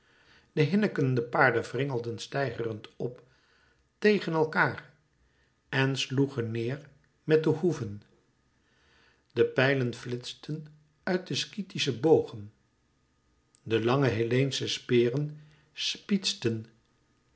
de hinnikende paarden wringelden steigerend p tegen elkaâr en sloegen neêr met de hoeven de pijlen flitsten uit de skythische bogen de lange helleensche speren spietsten